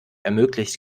ermöglicht